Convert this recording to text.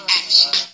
action